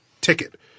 ticket